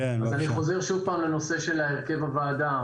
אז אני חוזר שוב פעם לנושא של הרכב הוועדה.